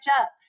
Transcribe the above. up